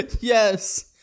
Yes